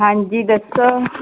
ਹਾਂਜੀ ਦੱਸੋ